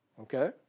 Okay